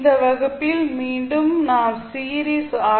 இந்த வகுப்பில் மீண்டும் நாம் சீரிஸ் ஆர்